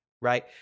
right